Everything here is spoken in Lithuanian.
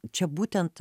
čia būtent